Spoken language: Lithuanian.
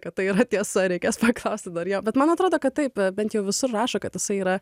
kad tai yra tiesa reikės paklausti dar jo bet man atrodo kad taip bent jau visur rašo kad jisai yra